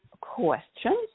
questions